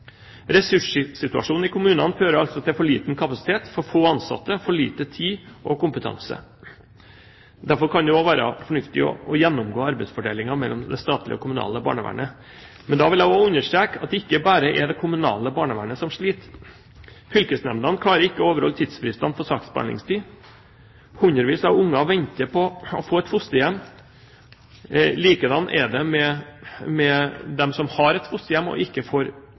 Ressurssituasjonen i kommunene fører altså til for liten kapasitet, for få ansatte, for lite tid og for liten kompetanse. Derfor kan det også være fornuftig å gjennomgå arbeidsfordelingen mellom det statlige og det kommunale barnevernet. Men jeg vil understreke at det ikke bare er det kommunale barnevernet som sliter. Fylkesnemndene klarer ikke å overholde tidsfristene for saksbehandlingstid. Hundrevis av barn venter på å få et fosterhjem. Likedan er det med dem som har et fosterhjem og ikke får